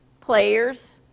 players